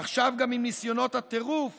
עכשיו גם עם ניסיונות הטירוף